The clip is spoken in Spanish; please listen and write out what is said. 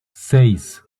seis